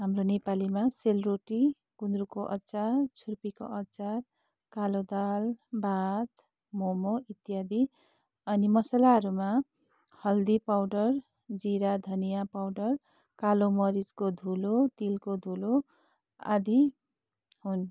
हाम्रो नेपालीमा सेलरोटी गुन्द्रुकको अचार छुर्पीको अचार कालो दाल भात मोमो इत्यादि अनि मसलाहरूमा हर्दी पाउडर जिरा धनिया पाउडर कालो मरिचको धुलो तिलको धुलो आदि हुन्